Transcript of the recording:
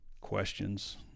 Questions